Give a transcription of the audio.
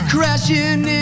Crashing